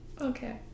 Okay